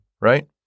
right